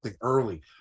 early